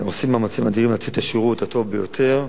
עושים מאמצים אדירים לתת את השירות הטוב ביותר.